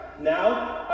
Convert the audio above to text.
Now